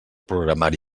programari